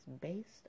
based